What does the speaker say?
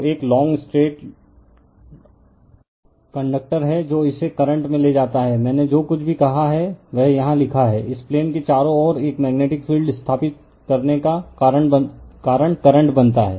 तो एक long straight conductor है जो इसे करंट में ले जाता है मैंने जो कुछ भी कहा है वह यहां लिखा है इस प्लेन के चारों ओर एक मैग्नेटिक फील्ड स्थापित करने का कारण करंट बनता है